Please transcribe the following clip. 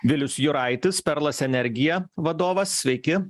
vilius juraitis perlas energija vadovas sveiki